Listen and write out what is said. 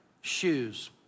shoes